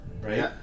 right